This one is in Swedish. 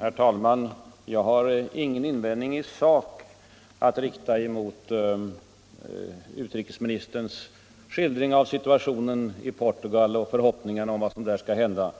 Herr talman! Jag har ingen invändning i sak att rikta mot utrikesministerns skildring av situationen i Portugal och hans förhoppningar om vad som där skall hända.